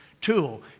tool